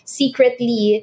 secretly